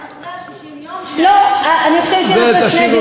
אני רוצה להציע,